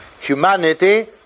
humanity